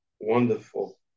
wonderful